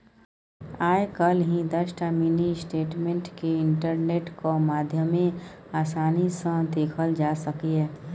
आइ काल्हि दसटा mini statement केँ इंटरनेटक माध्यमे आसानी सँ देखल जा सकैए